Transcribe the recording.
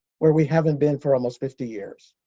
where we haven't been for almost fifty years.